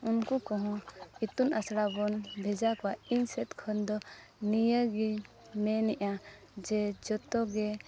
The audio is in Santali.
ᱩᱱᱠᱩ ᱠᱚᱦᱚᱸ ᱤᱛᱩᱱ ᱟᱥᱲᱟ ᱵᱚᱱ ᱵᱷᱮᱡᱟ ᱠᱚᱣᱟ ᱤᱧ ᱥᱮᱫ ᱠᱷᱚᱱ ᱫᱚ ᱱᱤᱭᱟᱹ ᱜᱮ ᱢᱮᱱᱮᱜᱼᱟ ᱡᱮ ᱡᱚᱛᱚ ᱜᱮ